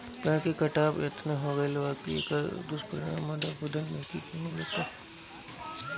पेड़ के कटाव एतना हो गईल बा की एकर अब दुष्परिणाम मृदा अपरदन में देखे के मिलता